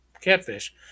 catfish